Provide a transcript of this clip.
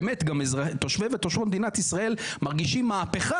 שתושבי ותושבות מדינת ישראל מרגישים מהפכה,